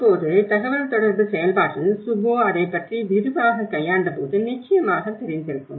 இப்போது தகவல்தொடர்பு செயல்பாட்டில் சுபோ அதைப் பற்றி விரிவாகக் கையாண்டபோது நிச்சயமாக தெரிந்திருக்கும்